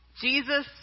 Jesus